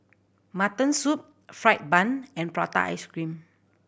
mutton soup fried bun and prata ice cream